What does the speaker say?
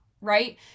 right